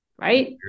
Right